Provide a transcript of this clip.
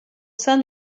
sein